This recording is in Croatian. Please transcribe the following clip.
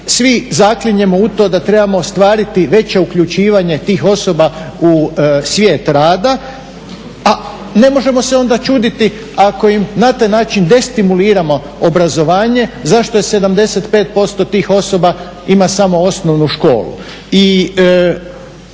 svi zaklinjemo u to da trebamo ostvariti veće uključivanje tih osoba u svijet rada, a ne možemo se onda čuditi ako im na taj način destimuliramo obrazovanje zašto je 75% tih osoba ima samo osnovnu školu.